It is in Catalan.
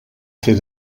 fer